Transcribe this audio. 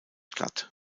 glatt